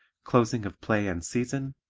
closing of play and season,